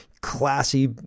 classy